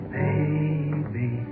baby